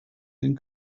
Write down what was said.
den